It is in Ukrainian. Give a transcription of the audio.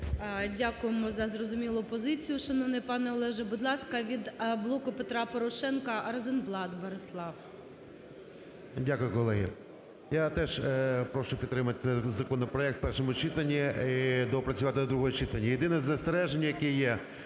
Дякуємо за зрозумілу позицію,